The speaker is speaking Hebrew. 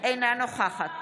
אינה נוכחת